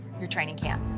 your training camp.